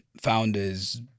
founders